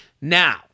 Now